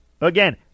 Again